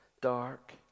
dark